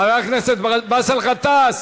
חבר הכנסת באסל גטאס,